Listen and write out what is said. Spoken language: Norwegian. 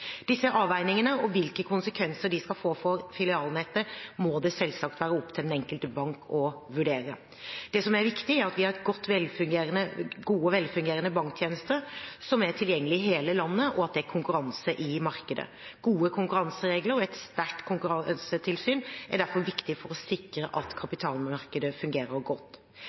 Disse avveiningene og hvilke konsekvenser de skal få for filialnettet, må det selvsagt være opp til den enkelte bank å vurdere. Det som er viktig, er at vi har gode, velfungerende banktjenester som er tilgjengelig i hele landet, og at det er konkurranse i markedet. Gode konkurranseregler og et sterkt konkurransetilsyn er derfor viktig for å sikre at kapitalmarkedet fungerer godt.